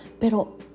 Pero